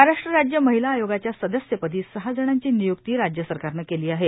महाराष्ट्र राज्य महिला आयोगाच्या सदस्यपदी सहा जणांची निय्क्ती राज्य सरकारनं केली आहे